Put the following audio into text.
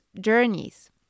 journeys